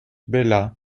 bella